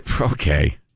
Okay